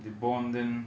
they born then